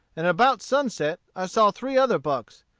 and about sunset i saw three other bucks.